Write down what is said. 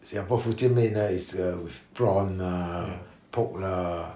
singapore 福建面 ah is err with prawn lah pork lah